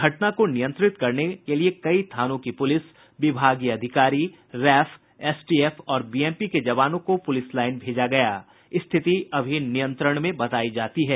घटना को नियंत्रित करने के लिए कई थानों की पुलिस विभागीय अधिकारी रैफ एसटीएफ और बीएमपी के जवानों को पुलिस लाईन भेजा गया स्थिति अभी नियंत्रण में बतायी जाती है